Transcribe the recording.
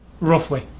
Roughly